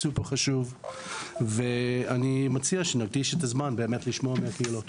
סופר חשוב ואני מציע שנקדיש את הזמן באמת לשמוע מהקהילות.